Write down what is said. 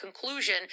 conclusion